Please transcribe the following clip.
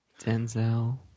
Denzel